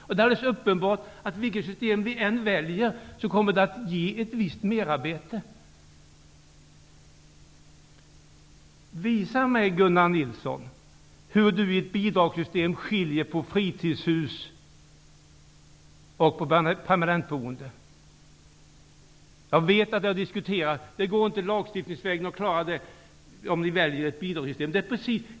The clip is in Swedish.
Det är alldeles uppenbart att det kommer att ge ett visst merarbete, vilket system vi än väljer. Gunnar Nilsson, visa mig hur man i ett bidragssystem skiljer mellan fritidshus och permanentboende. Jag vet att det har diskuterats. Det går inte att lagstiftningsvägen klara det, om man väljer ett bidragssystem.